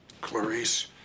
Clarice